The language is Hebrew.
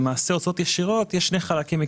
להוצאות ישירות יש שני חלקים עיקריים: